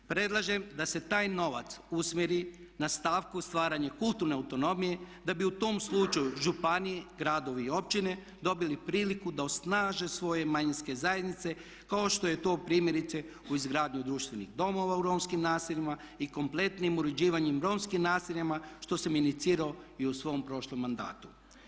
Predlažem da se taj novac usmjeri na stavku stvaranje kulturne autonomije da bi u tom slučaju županije, gradovi i općine dobili priliku da osnaže svoje manjinske zajednice kako što je to primjerice u izgradnji društvenih domova u romskim naseljima i kompletnim uređivanjem romskih naselja što sam inicirao i u svom prošlom mandatu.